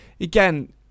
again